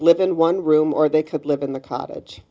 live in one room or they could live in the cottage